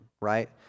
right